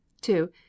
two